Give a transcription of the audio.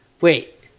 Wait